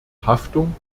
haftung